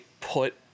put